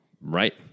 Right